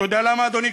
אתה יודע למה, אדוני?